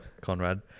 conrad